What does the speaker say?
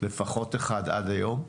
לפחות אחד עם היום.